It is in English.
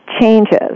changes